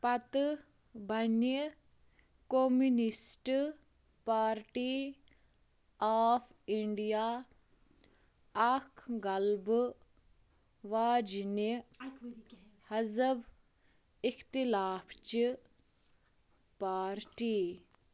پتہٕ بَنہِ communist party of India اكھ غلبہٕ واجنہِ حزب اِختلافچہٕ پارٹی